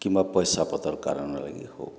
କିମ୍ୱା ପଇସା ପତର୍ କାରଣ ଲାଗି ହଉ